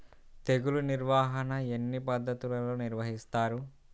తెగులు నిర్వాహణ ఎన్ని పద్ధతులలో నిర్వహిస్తారు?